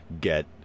get